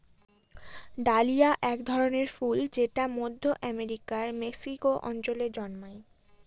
dahlia এক ধরনের ফুল যেটা মধ্য আমেরিকার মেক্সিকো অঞ্চলে জন্মায়